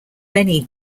many